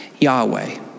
Yahweh